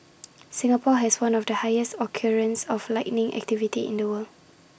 Singapore has one of the highest occurrences of lightning activity in the world